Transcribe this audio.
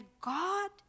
God